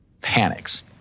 panics